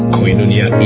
Koinonia